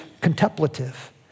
contemplative